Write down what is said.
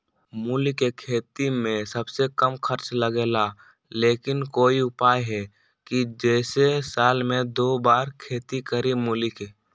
मूली के खेती में सबसे कम खर्च लगेला लेकिन कोई उपाय है कि जेसे साल में दो बार खेती करी मूली के?